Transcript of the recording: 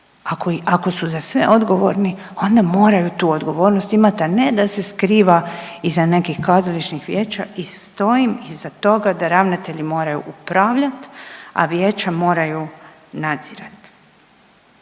ako su za sve odgovorni onda moraju tu odgovornost imati, a ne da se skriva iza nekih kazališnih vijeća i stojim iza toga da ravnatelji moraju upravljat, a vijeća moraju nadzirat.